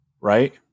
right